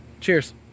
Cheers